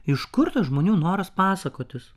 iš kur tas žmonių noras pasakotis